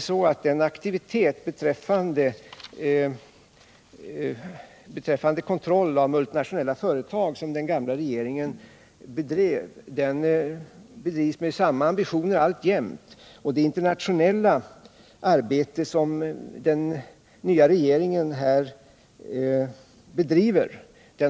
Samma aktivitet som den som kännetecknade den gamla regeringen när det gäller kontroll av multinationella företag kan också den nya regeringen uppvisa, och den nya regeringens internationella arbete präglas